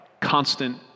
constant